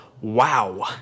Wow